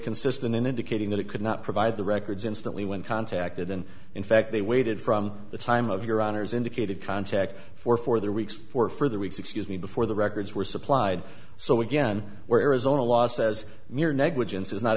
consistent in indicating that it could not provide the records instantly when contacted and in fact they waited from the time of your honor's indicated contact for for the weeks for further weeks excuse me before the records were supplied so again where arizona law says mere negligence is not